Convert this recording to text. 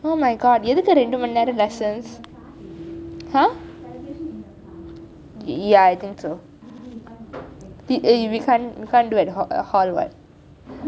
oh my god !huh! ya I think so we can't we can't do at hall hall what